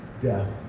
death